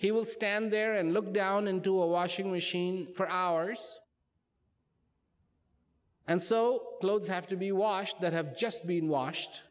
he will stand there and look down into a washing machine for hours and so loads have to be washed that have just been washed